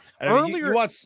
Earlier